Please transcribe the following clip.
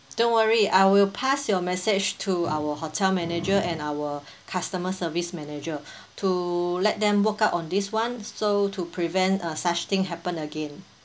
don't worry I will pass your message to our hotel manager and our customer service manager to let them work out on this one so to prevent such thing happen again